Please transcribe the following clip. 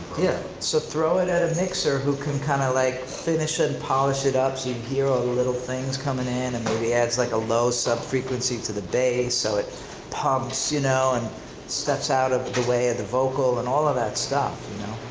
yeah. so throw it at a mixer who can kind of like finish and polish it up so you hear all the little things coming in and maybe adds like a low sub-frequency to the bass so it pumps you know, and steps out of the way of the vocal and all of that stuff, you know.